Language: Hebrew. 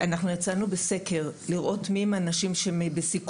אנחנו יצאנו בסקר כדי לראות מי הם האנשים שבסיכון,